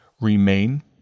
remain